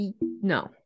no